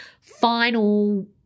final